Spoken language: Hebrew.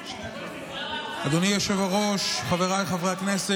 חבר הכנסת מנסור עבאס, אינו נוכח, חבר הכנסת